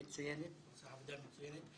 עושה עבודה מצוינת,